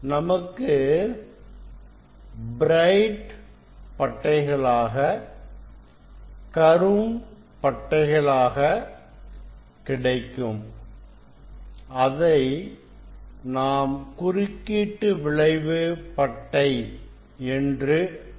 நமக்கு பிரைட் பட்டைகளாக கரும் பட்டைகளாக கிடைக்கும் அதை நாம் குறுக்கீட்டு விளைவு பட்டை என்று அழைக்கிறோம்